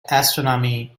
astronomy